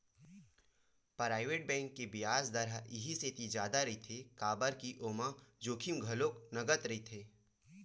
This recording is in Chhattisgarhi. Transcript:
पराइवेट बेंक के बियाज दर ह इहि सेती जादा रहिथे काबर के ओमा जोखिम घलो नँगत रहिथे